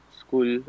school